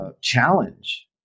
challenge